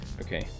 okay